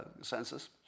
census